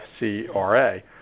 FCRA